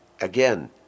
again